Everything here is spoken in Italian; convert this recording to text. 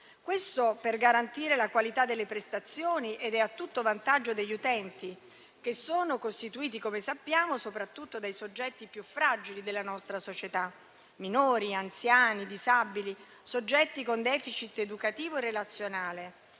Questo per garantire la qualità delle prestazioni e a tutto vantaggio degli utenti che sono costituiti - come sappiamo - soprattutto dai soggetti più fragili della nostra società: minori, anziani, disabili, soggetti con *deficit* educativo e relazionale.